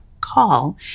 call